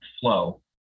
flow